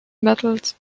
medals